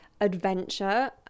adventure